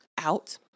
out